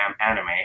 anime